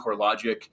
CoreLogic